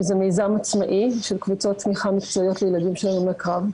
שזה מיזם עצמאי של קבוצות תמיכה מקצועיות לילדים של הלומי קרב.